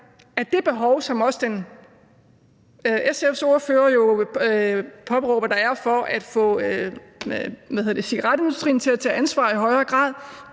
er det behov, som også SF's ordfører påpeger der er for at få cigaretindustrien til at tage ansvar i højere grad.